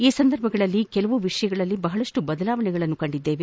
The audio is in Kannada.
ಈ ಸಂದರ್ಭಗಳಲ್ಲಿ ಕೆಲವು ವಿಷಯಗಳಲ್ಲಿ ಬಹಳಷ್ಟು ಬದಲಾವಣೆಗಳನ್ನು ಕಂಡಿದ್ದೇವೆ